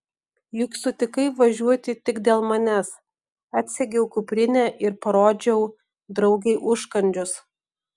juk sutikai važiuoti tik dėl manęs atsegiau kuprinę ir parodžiau draugei užkandžius